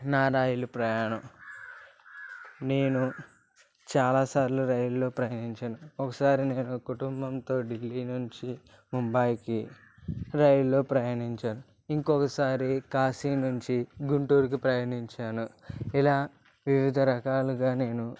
నా రైలు ప్రయాణం నేను చాలాసార్లు రైలులో ప్రయాణించాను ఒకసారి నేను కుటుంబంతో ఢిల్లీ నుంచి ముంబైకి రైల్లో ప్రయాణించాను ఇంకొకసారి కాశీ నుంచి గుంటూరుకు ప్రయాణించాను ఇలా వివిధ రకాలుగా నేను